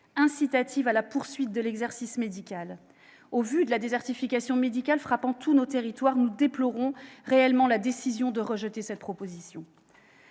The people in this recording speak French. incitation à la poursuite de l'exercice médical. Au vu de la désertification médicale frappant tous nos territoires, nous déplorons la décision de rejeter cette proposition.